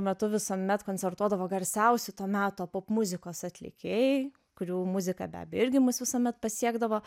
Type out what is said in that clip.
metu visuomet koncertuodavo garsiausi to meto pop muzikos atlikėjai kurių muzika be abejo irgi mus visuomet pasiekdavo